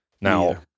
Now